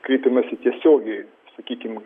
kreipiamasi tiesiogiai sakykim